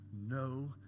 no